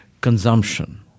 consumption